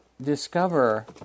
discover